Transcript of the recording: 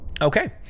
Okay